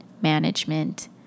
management